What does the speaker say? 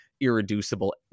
irreducible